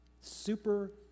super